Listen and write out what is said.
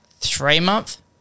three-month